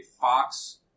Fox